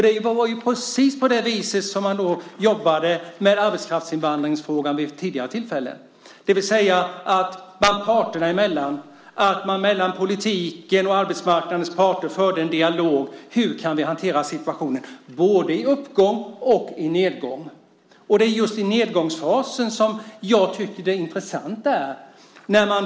Det var ju precis på det viset som man jobbade med arbetskraftsinvandringsfrågan vid tidigare tillfälle, det vill säga parterna emellan. Man förde en dialog mellan politikens och arbetsmarknadens parter om hur man kunde hantera situationen, både i uppgång och i nedgång. Det är just i nedgångsfasen som jag tycker att det intressanta är.